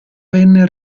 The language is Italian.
venne